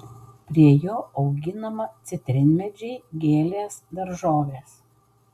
prie jo auginama citrinmedžiai gėlės daržovės